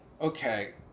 okay